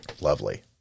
Lovely